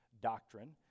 doctrine